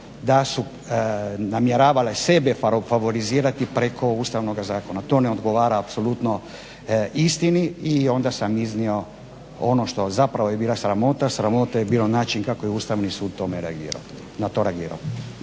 da su namjeravale sebe favorizirati preko Ustavnoga zakona. To ne odgovara apsolutno istini i onda sam iznio ono što zapravo je bila sramota. Sramota je bio način kako je Ustavni sud na to reagirao.